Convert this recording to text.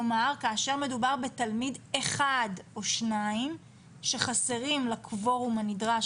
כלומר כאשר מדובר בתלמיד אחד או שניים שחסרים לקוורום הנדרש,